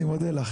אני מודה לך.